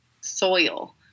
soil